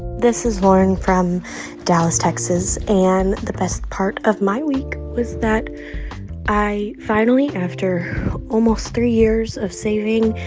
this is lauren from dallas, texas. and the best part of my week was that i finally, after almost three years of saving,